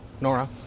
Nora